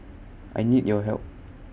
I need your help